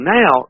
now